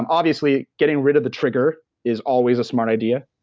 um obviously, getting rid of the trigger is always a smart idea.